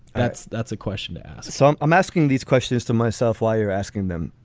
that's that's a question to ask so i'm asking these questions to myself why you're asking them.